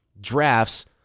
drafts